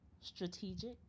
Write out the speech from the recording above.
strategic